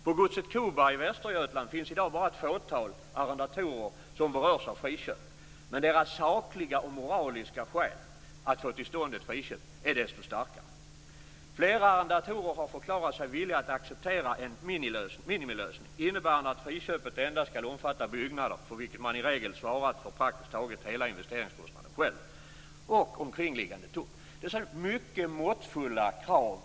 På godset Koberg i Västergötland finns i dag bara ett fåtal arrendatorer som berörs av friköp, men deras sakliga och moraliska skäl för att få till stånd ett friköp är desto starkare. Flera arrendatorer har förklarat sig villiga att acceptera en minimilösning innebärande att friköpet endast skall omfatta byggnader - för vilka man i regel svarat för praktiskt taget hela investeringskostnaden själv - och omkringliggande tomt. Det handlar således om mycket måttfulla krav.